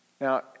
Now